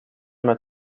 met